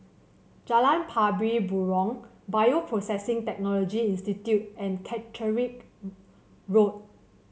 Jalan Pari Burong Bioprocessing Technology Institute and Catterick Road